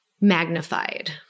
magnified